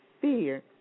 fear